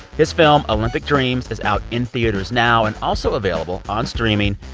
his film, olympic dreams, is out in theaters now and also available on streaming.